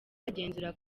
bagenzura